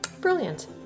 Brilliant